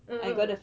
uh uh uh